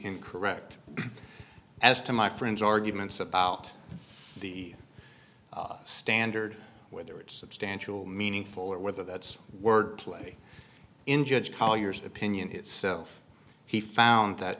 incorrect as to my friend's arguments about the standard whether it's substantial meaningful or whether that's wordplay in judge colliers opinion itself he found that